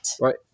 Right